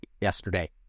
yesterday